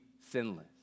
sinless